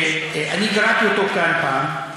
קראתי אותו כאן פעם,